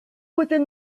within